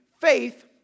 faith